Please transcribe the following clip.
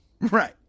Right